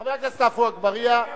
(חברת הכנסת אנסטסיה מיכאלי יוצאת מאולם המליאה.)